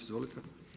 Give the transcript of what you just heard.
Izvolite.